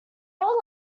old